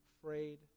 afraid